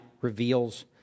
reveals